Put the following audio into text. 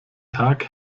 tag